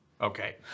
Okay